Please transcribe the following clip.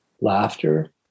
Laughter